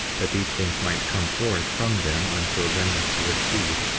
that these things might come forth from them unto a remnant of your seed,